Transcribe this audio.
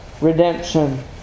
redemption